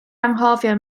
anghofio